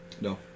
No